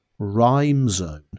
RhymeZone